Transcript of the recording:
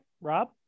Rob